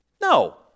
No